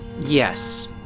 Yes